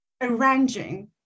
arranging